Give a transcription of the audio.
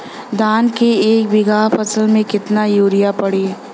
धान के एक बिघा फसल मे कितना यूरिया पड़ी?